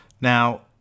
Now